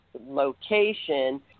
location